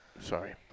Sorry